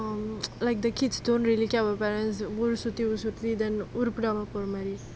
um like the kids don't really tell their parents ஊரு சுத்தி ஊரு சுத்தி:ooru suthi ooru suthi then உருப்புடாம போற மாரி:urupudama pora maari